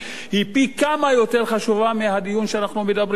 היא פי כמה יותר חשובה מהדיון שאנחנו מדברים כאן.